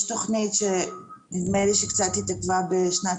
יש תוכנית שנדמה לי שקצת התעכבה בשנת